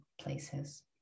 places